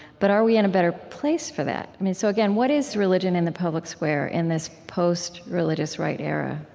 but are we in a better place for that so again, what is religion in the public square in this post-religious right era?